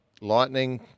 Lightning